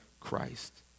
Christ